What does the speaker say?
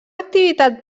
activitat